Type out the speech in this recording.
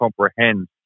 comprehend